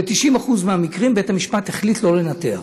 ב-90% מהמקרים בית-המשפט החליט שלא לנתח.